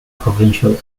provincial